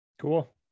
Cool